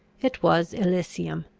it was elysium,